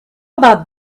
about